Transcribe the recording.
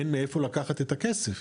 אין מאיפה לקחת את הכסף,